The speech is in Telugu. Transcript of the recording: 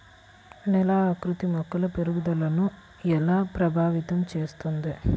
నేల ఆకృతి మొక్కల పెరుగుదలను ఎలా ప్రభావితం చేస్తుంది?